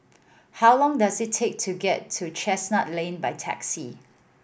how long does it take to get to Chestnut Lane by taxi